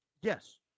Yes